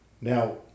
Now